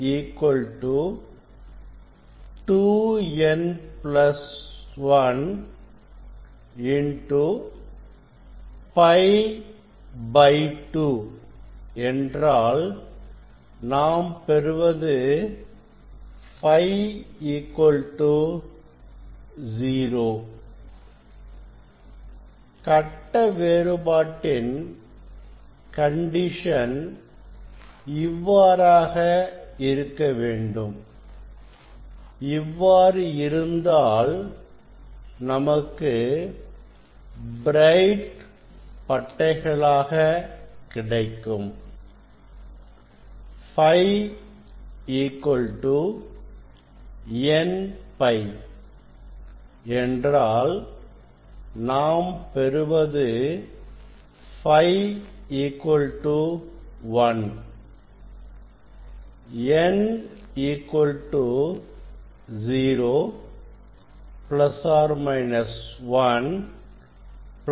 Φ 2n1π2 என்றால் நாம் பெறுவது Φ 0 கட்ட வேறுபாட்டின் கண்டிஷன் இவ்வாறாக இருக்க வேண்டும் இவ்வாறு இருந்தால் நமக்கு பிரைட் பட்டைகளாக கிடைக்கும் Φ n π என்றால் நாம் பெறுவது Φ 1 n 0 ±1 ± 2 etc